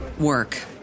Work